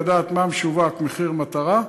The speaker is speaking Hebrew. לדעת מה משווק ב"מחיר מטרה",